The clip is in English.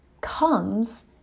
comes